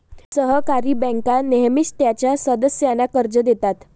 सहकारी बँका नेहमीच त्यांच्या सदस्यांना कर्ज देतात